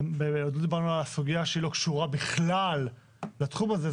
עוד לא דיברנו על הסוגיה שהיא לא קשורה בכלל לתחום הזה,